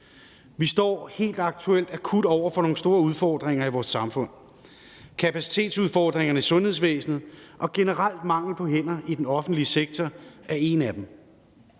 Vi står helt aktuelt akut over for nogle store udfordringer i vores samfund. Kapacitetsudfordringer i sundhedsvæsenet og generel mangel på hænder i den offentlige sektor er en af dem.